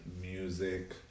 music